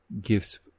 gives